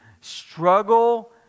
struggle